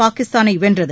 பாகிஸ்தானை வென்றது